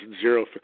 zero